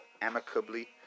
amicably